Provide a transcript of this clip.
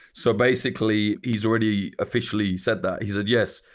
so basically, he's already officially said that. he said, yes,